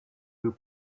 who